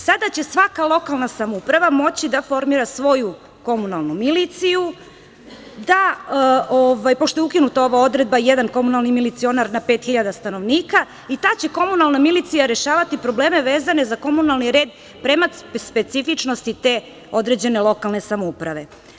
Sada će svaka lokalna samouprava moći da formira svoju komunalnu miliciju, da, pošto je ukinuta ova odredba jedan komunalni milicionar na pet hiljada stanovnika, i tada će komunalna milicija rešavati probleme vezane za komunalni red prema specifičnosti te određene lokalne samouprave.